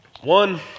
One